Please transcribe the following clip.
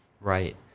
right